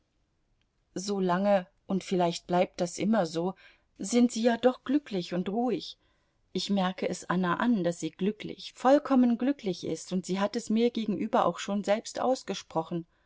so sind sie ja doch glücklich und ruhig ich merke es anna an daß sie glücklich vollkommen glücklich ist und sie hat es mir gegenüber auch schon selbst ausgesprochen